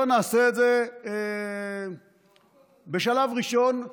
בואו נעשה את זה בשלב ראשון,